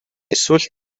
эсвэл